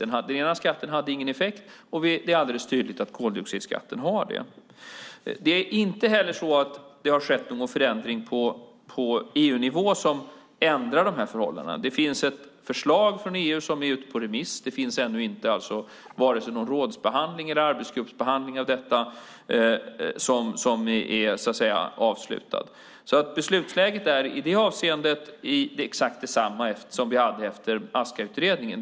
Den ena skatten hade ingen effekt, och det är alldeles tydligt att koldioxidskatten har det. Det har inte heller skett någon förändring på EU-nivå som ändrar dessa förhållanden. Det finns ett förslag från EU som är ute på remiss. Det finns alltså ännu inte vare sig någon rådsbehandling eller arbetsgruppsbehandling av detta som är avslutad. Beslutsläget är i det avseendet exakt detsamma som vi hade efter Askautredningen.